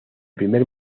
primer